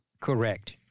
correct